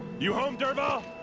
you home dervahl?